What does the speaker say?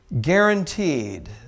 guaranteed